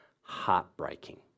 heartbreaking